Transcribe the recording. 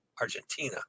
Argentina